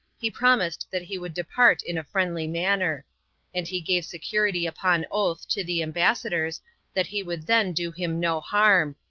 he promised that he would depart in a friendly manner and he gave security upon oath to the ambassadors that he would then do him no harm,